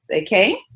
okay